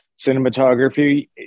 cinematography